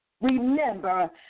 remember